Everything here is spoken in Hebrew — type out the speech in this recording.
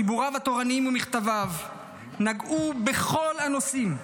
חיבוריו התורניים ומכתביו נגעו בכל הנושאים,